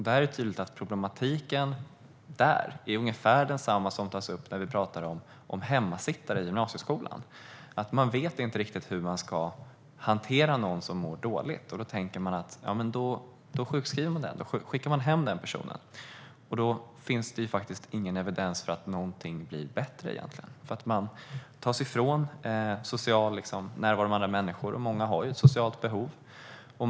Det är tydligt att problematiken där är ungefär densamma som tas upp när vi talar om hemmasittare i gymnasieskolan. Man vet inte riktigt hur man ska hantera någon som mår dåligt. Då sjukskriver man och skickar hem den personen. Men då finns det faktiskt ingen evidens för att någonting egentligen blir bättre. Man tar ifrån dessa människor den sociala närvaron med andra människor, och många har ett socialt behov.